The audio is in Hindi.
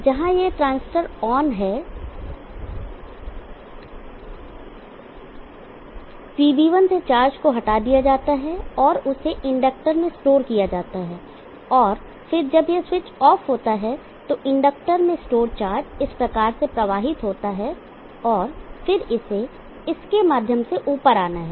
जहां यह यह ट्रांजिस्टर ऑन है VB1 से चार्ज को हटा दिया जाता है और उसे इंडक्टर में स्टोर किया जाता है और फिर जब यह स्विच ऑफ़ होता है तो इंडक्टर में स्टोर चार्ज इस प्रकार से प्रवाहित होता है और फिर इसे इसके माध्यम से ऊपर आना है